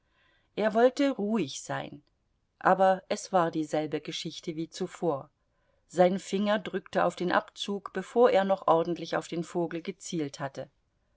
er wollte ruhig sein aber es war dieselbe geschichte wie zuvor sein finger drückte auf den abzug bevor er noch ordentlich auf den vogel gezielt hatte